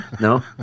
No